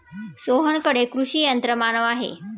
सोहनकडे कृषी यंत्रमानव आहे